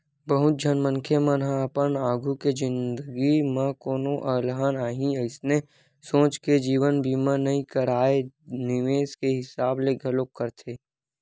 बहुत झन मनखे मन ह अपन आघु के जिनगी म कोनो अलहन आही अइसने सोच के जीवन बीमा नइ कारय निवेस के हिसाब ले घलोक करथे